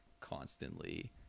constantly